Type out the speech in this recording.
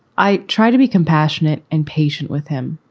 i try to be compassionate and patient with him,